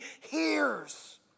hears